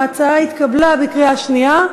ההצעה התקבלה בקריאה שנייה.